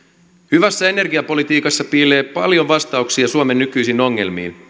hyvässä energiapolitiikassa piilee paljon vastauksia suomen nykyisiin ongelmiin